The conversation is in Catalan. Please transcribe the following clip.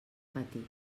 patir